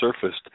surfaced